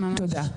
תודה.